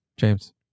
James